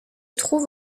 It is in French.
trouve